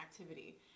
activity